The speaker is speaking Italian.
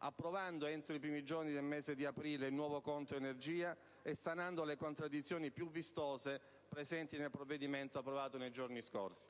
approvare entro i primi giorni del mese di aprile il nuovo Conto energia ed a sanare le contraddizioni più vistose presenti nel provvedimento approvato nei giorni scorsi.